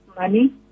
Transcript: money